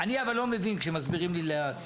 אני לא מבין כשמסבירים לי לאט.